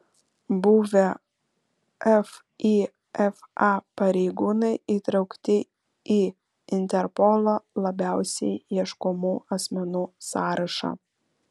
buvę fifa pareigūnai įtraukti į interpolo labiausiai ieškomų asmenų sąrašą